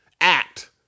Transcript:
act